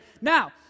Now